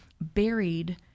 buried